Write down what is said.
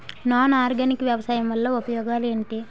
Non organic వ్యవసాయం వల్ల ఉపయోగాలు ఏంటీ?